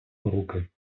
руки